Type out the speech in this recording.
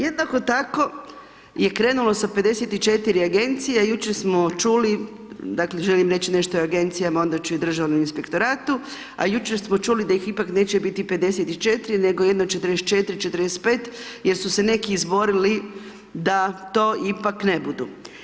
Jednako tako je krenulo sa 54 agencije, jučer smo čuli, dakle želim reći nešto o agencijama, a ona ću i o Državnom inspektoratu, a jučer smo čuli da ih ipak neće biti 54 nego jedno 44, 45 jer su se neki izborili da to ipak ne budu.